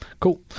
cool